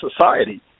society